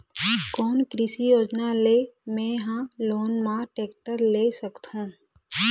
कोन कृषि योजना ले मैं हा लोन मा टेक्टर ले सकथों?